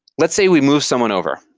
let's say we move someone over.